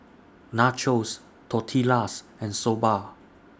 Nachos Tortillas and Soba